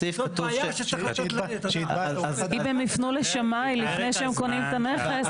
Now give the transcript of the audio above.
אם הם יפנו לשמאי לפני שקונים את הנכס,